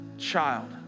child